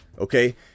Okay